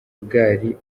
bwari